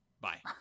bye